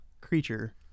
creature